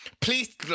Please